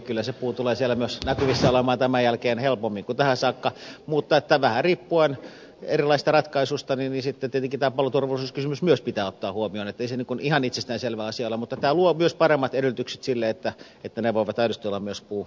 kyllä se puu tulee siellä myös näkyvissä olemaan tämän jälkeen helpommin kuin tähän saakka mutta vähän riippuen erilaisista ratkaisuista tietenkin tämä paloturvallisuuskysymys myös pitää sitten ottaa huomioon joten ei se niin kuin ihan itsestäänselvä asia ole mutta tämä luo myös paremmat edellytykset sille että ne voivat aidosti olla myös puuverhoiltuja